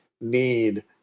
need